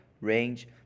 range